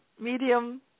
medium